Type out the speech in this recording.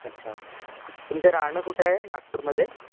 अच्छा अच्छा तुमचं राहणं कुठं आहे नागपूरमध्ये